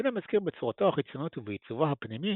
המבנה מזכיר בצורתו החיצונית ובעיצובו הפנימי